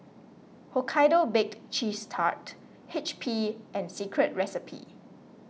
Hokkaido Baked Cheese Tart H P and Secret Recipe